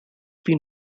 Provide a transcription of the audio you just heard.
been